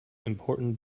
important